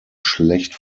schlecht